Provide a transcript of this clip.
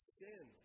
sin